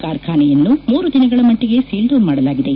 ಕಾರ್ಖಾನೆಯನ್ನು ಮೂರು ದಿನಗಳ ಮಟ್ಟಿಗೆ ಸೀಲ್ಡೌನ್ ಮಾಡಲಾಗಿದೆ